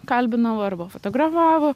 kalbino arba fotografavo